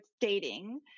dating